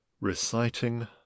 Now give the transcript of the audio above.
Reciting